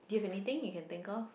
do you have anything you can think of